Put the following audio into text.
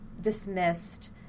dismissed